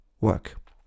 work